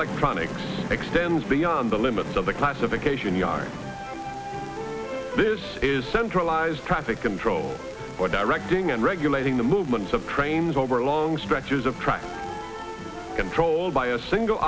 electronics extends beyond the limits of the classification yard this is centralized traffic control or directing and regulating the movements of trains over long stretches of tracks controlled by a single